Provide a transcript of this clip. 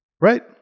Right